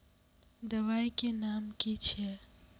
दबाई के नाम की छिए?